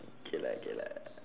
okay lah okay lah